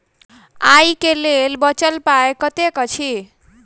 आइ केँ लेल बचल पाय कतेक अछि?